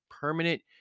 permanent